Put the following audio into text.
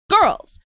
girls